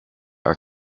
are